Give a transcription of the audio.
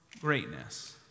greatness